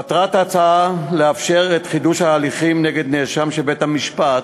מטרת ההצעה לאפשר את חידוש ההליכים נגד נאשם שבית-המשפט